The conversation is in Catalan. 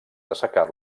assecar